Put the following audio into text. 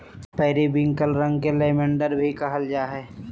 periwinkle रंग के lavender blue भी कहल जा हइ